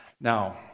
Now